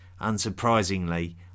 unsurprisingly